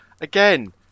Again